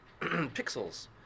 pixels